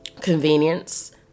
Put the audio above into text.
Convenience